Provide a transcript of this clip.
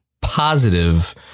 positive